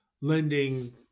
lending